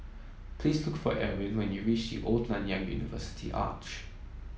please look for Erwin when you reach Old Nanyang University Arch